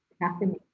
happening